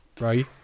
Right